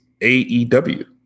aew